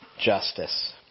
justice